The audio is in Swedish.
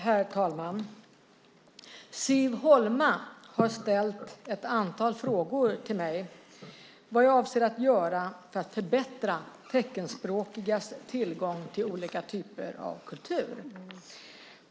Herr talman! Siv Holma har ställt ett antal frågor till mig om vad jag avser att göra för att förbättra teckenspråkigas tillgång till olika typer av kultur.